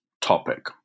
topic